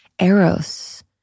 eros